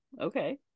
okay